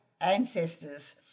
ancestors